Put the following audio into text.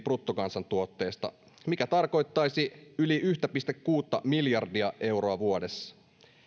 bruttokansantuotteesta mikä tarkoittaisi yli yhtä pilkku kuutta miljardia euroa vuodessa